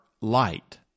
light